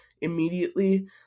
immediately